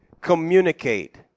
communicate